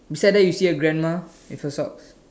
beside that you see a grandma with a socks